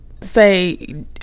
say